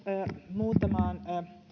muutamaan